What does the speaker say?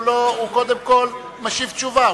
הוא קודם כול משיב תשובה,